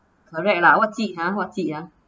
correct lah what ji ha what ji ha